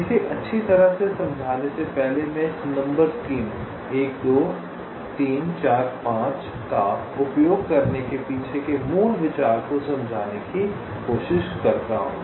इसे अच्छी तरह से समझाने से पहले मैं इस नंबर स्कीम 1 2 3 4 5का उपयोग करने के पीछे के मूल विचार को समझाने की कोशिश करता हूँ